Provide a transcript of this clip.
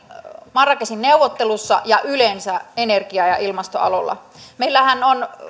marrakechin neuvotteluissa ja yleensä energia ja ilmastoaloilla meillähän on